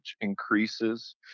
increases